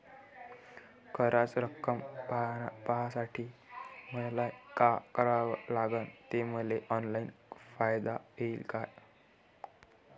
कराच रक्कम पाहासाठी मले का करावं लागन, ते मले ऑनलाईन पायता येईन का?